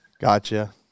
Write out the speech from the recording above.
Gotcha